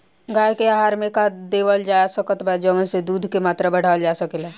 गाय के आहार मे का देवल जा सकत बा जवन से दूध के मात्रा बढ़ावल जा सके?